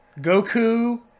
Goku